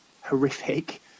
horrific